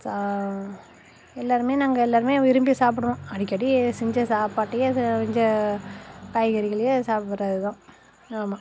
எல்லோருமே நாங்கள் எல்லோருமே விரும்பி சாப்பிட்றோம் அடிக்கடி செஞ்ச சாப்பாட்டையே செஞ்ச காய்கறிகளையே சாப்பிட்றது தான் ஆமாம்